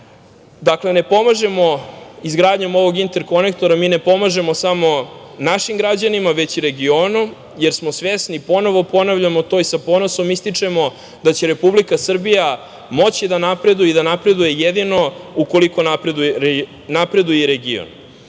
Srbija. Dakle, izgradnjom ovog interkonektora ne pomažemo samo našim građanima, već i regionu, jer smo svesni, ponovo ponavljamo to i sa ponosom ističemo da će Republika Srbija moći da napreduje i da napreduje jedino ukoliko napreduje i region. Važno